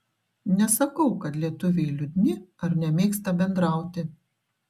nesakau kad lietuviai liūdni ar nemėgsta bendrauti